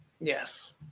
Yes